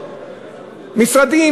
משרדים.